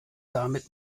damit